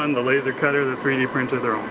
um the laser cutter, the three d printer, they're